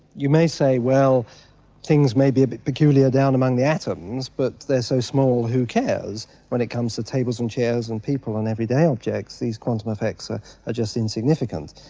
you may say, well things may be a bit peculiar down among the atoms but they're so small, who cares? when it comes to tables and chairs and people and everyday objects these quantum effects ah are just insignificant.